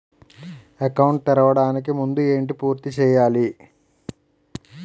Account తెరవడానికి ముందు ఏంటి పూర్తి చేయాలి?